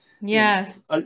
Yes